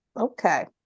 Okay